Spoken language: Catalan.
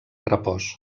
repòs